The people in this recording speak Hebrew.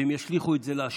והם ישליכו את זה לאשפה.